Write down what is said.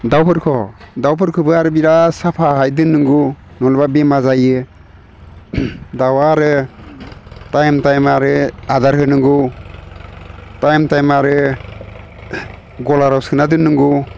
दाउफोरख' दाउफोरखोबो आरो बिराद साफाहाय दोननांगौ नङाब्ला बेमार जायो दाउआ आरो टाइम टाइम आरो आदार होनांगौ टाइम टाइम आरो गलाराव सोना दोननांगौ